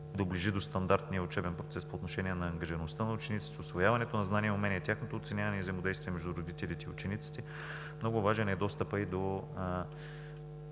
доближи до стандартния учебен процес по отношение на ангажираността на учениците, усвояването на знания и умения, тяхното оценяване и взаимодействие между родителите и учениците. Много важен е и достъпът до